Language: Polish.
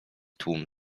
tłum